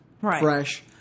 fresh